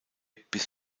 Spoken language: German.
bis